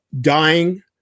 dying